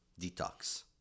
Detox